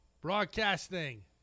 Broadcasting